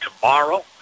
tomorrow